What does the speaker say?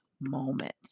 moment